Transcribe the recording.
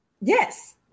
Yes